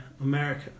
America